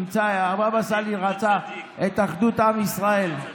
הבבא סאלי רצה את אחדות עם ישראל, נכון?